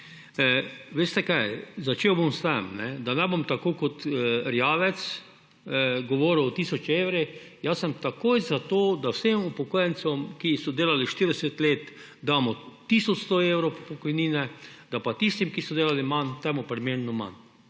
tudi dam. Začel bom s tem, da ne bom tako kot Erjavec govoril o tisoč evrih. Jaz sem takoj za to, da vsem upokojencem, ki so delali 40 let, damo tisoč 100 evrov pokojnine, da pa tistim, ki so delali manj, temu primerno manj.